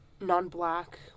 non-black